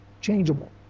changeable